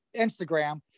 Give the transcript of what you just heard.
Instagram